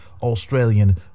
Australian